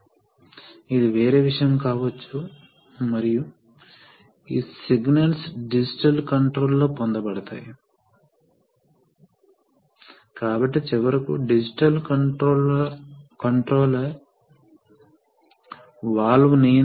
మరియు ఇది flow control valve మరియు ఇది ఒక మెకానికల్లీ పనిచేసే ఒక వాల్వ్ మీరు స్విచ్ను ఆపరేట్ చేయనంత కాలం ఇది డైరెక్ట్ షాట్ ఈ లైన్ తెరిచి ఉంది